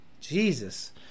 Jesus